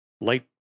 light